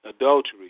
adultery